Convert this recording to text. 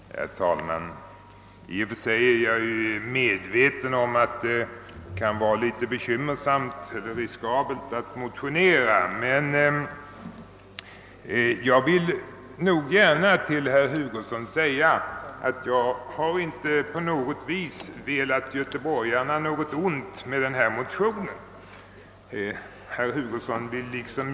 Herr talman! I och för sig är jag medveten om att det kan vara litet riskabelt att motionera, men till herr Hugosson vill jag gärna säga att jag inte på något vis önskat göra göteborgarna något ont med denna motion.